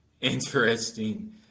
interesting